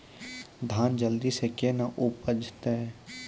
धान जल्दी से के ना उपज तो?